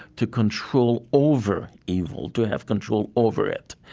to control over evil, to have control over it.